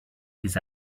his